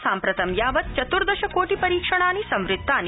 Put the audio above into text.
साम्प्रतम् यावत् चतुर्दश कोटि परीक्षणानि संबुल्तानि